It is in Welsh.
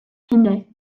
hynny